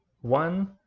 One